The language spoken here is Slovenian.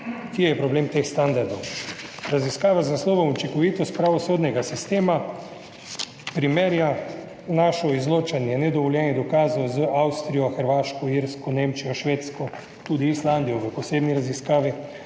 Kje je problem teh standardov? Raziskava z naslovom Učinkovitost pravosodnega sistema primerja naše izločanje nedovoljenih dokazov z Avstrijo, Hrvaško, Irsko, Nemčijo, Švedsko, tudi Islandijo v posebni raziskavi,